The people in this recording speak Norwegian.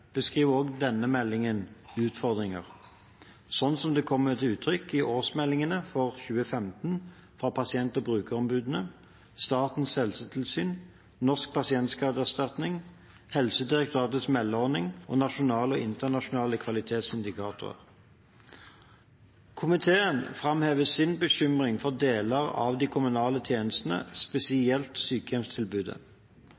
beskriver også denne meldingen utfordringer, slik det kommer til uttrykk i årsmeldingene for 2015 fra pasient- og brukerombudene, Statens helsetilsyn, Norsk Pasientskadeerstatning, Helsedirektoratets meldeordning og nasjonale og internasjonale kvalitetsindikatorer. Komiteen framhever sin bekymring for deler av de kommunale tjenestene,